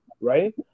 right